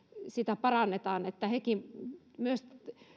sitä parannetaan että myös